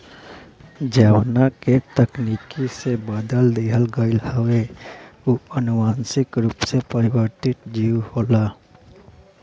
जवना के तकनीकी से बदल दिहल गईल हवे उ अनुवांशिक रूप से परिवर्तित जीव होला